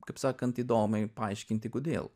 kaip sakant įdomiai paaiškinti kodėl